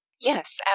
Yes